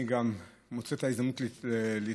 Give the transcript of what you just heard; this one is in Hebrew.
אני גם מוצא את ההזדמנות להתנצל,